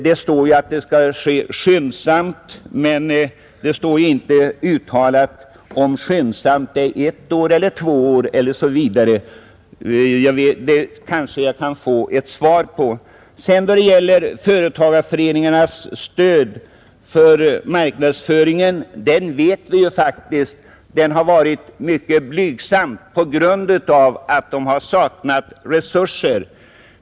Det står ju i betänkandet att det skall ske skyndsamt, men det står inte om skyndsamt är ett år eller två år eller mera. Kanske jag kan få ett svar på det. Vi vet att företagareföreningarnas stöd till marknadsföringen har varit mycket blygsam på grund av att de har saknat resurser.